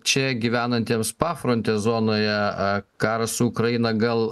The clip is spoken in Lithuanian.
čia gyvenantiems pafrontės zonoje karas su ukraina gal